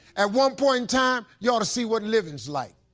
at one point in time, you ought to see what living's like.